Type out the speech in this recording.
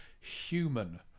human